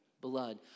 blood